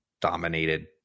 dominated